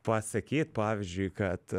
pasakyt pavyzdžiui kad